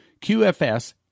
QFS